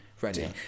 ready